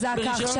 מזניקים